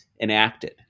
enacted